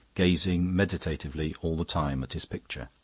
gazing meditatively all the time at his picture.